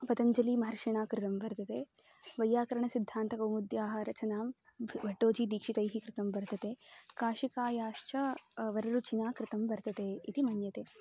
पतञ्जलीमहर्षिणा कृतं वर्तते वैयाकरणसिद्धान्तकौमुद्याः रचनां भट्टोजिदीक्षितैः कृतं वर्तते काशिकायाश्च वररुचिना कृतं वर्तते इति मन्यते